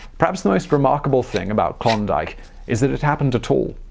perhaps the most remarkable thing about klondike is that it happened at all.